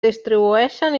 distribueixen